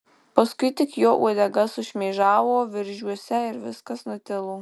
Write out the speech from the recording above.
paskui tik jo uodega sušmėžavo viržiuose ir viskas nutilo